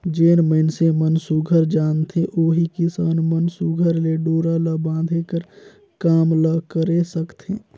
जेन मइनसे मन सुग्घर जानथे ओही किसान मन सुघर ले डोरा ल बांधे कर काम ल करे सकथे